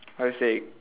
how to say